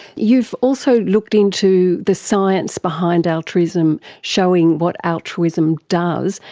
you've also looked into the science behind altruism, showing what altruism does.